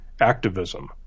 activism